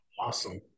Awesome